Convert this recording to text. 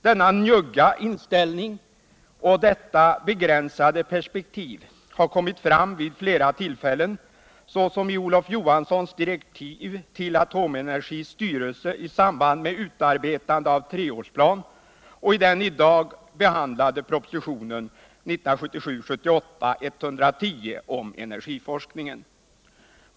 Denna njugga inställning och detta begränsade perspektiv har kommit tram vid flera tillfällen, senast i Olof Johanssons direktiv till Atomenergis styrelse i samband med utarbetandet av treårsplan och i den i dag behandlade propositionen 110 om energiforskning.